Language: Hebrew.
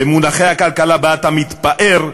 במונחי הכלכלה שבה אתה מתפאר,